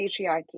patriarchy